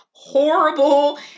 horrible